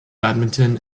badminton